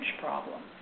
problem